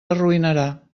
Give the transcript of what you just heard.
arruïnarà